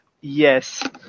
Yes